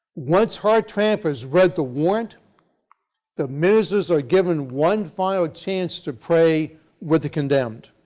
once hartranft has read the warrant the ministers are given one final chance to pray with the condemned.